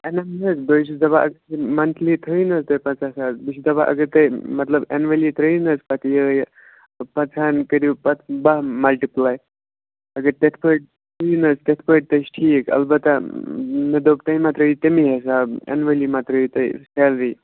annum نہَ حظ بہٕ حظ چھُس دَپان اگر تُہۍ مَنتھلی تھٲوِو نا حظ تُہۍ پانٛژاہ ساس بہٕ چھُس دَپان اگر تۄہہِ مطلب اٮ۪نؤلی ترٛٲوِو نہٕ حظ پَتہٕ یِہَے پنٛژاہن کٔرِو پَتہٕ باہ مَلٹِپُلاے اگر تِتھٕ پٲٹھۍ تھٲوِوِ نہَ حظ تِتھٕ پٲٹھۍ تہِ چھُ ٹھیٖک البتہ مےٚ دوٚپ تُہۍ ما ترٛٲوِو تَمی حِساب ایٚنؤلی ما ترٛٲوِو تُہۍ سیلری